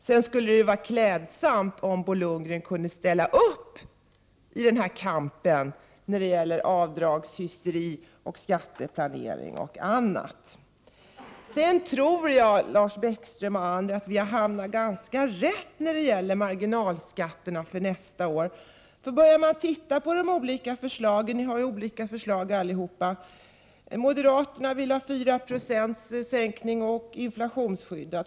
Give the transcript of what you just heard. Men det skulle vara klädsamt om Bo Lundgren kunde ställa upp i kampen mot avdragshysteri, skatteplanering och annat. Jag tror, Lars Bäckström, att vi har hamnat rätt vad gäller marginalskatterna för nästa år. Vi har ju alla olika förslag. Moderaterna vill ha 4 96 sänkning och inflationsskydd.